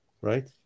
right